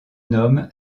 nomme